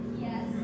Yes